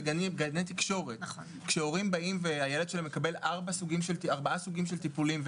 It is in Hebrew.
בגני תקשורת כשהורים באים והילד שלהם מקבל ארבעה סוגים של טיפולים,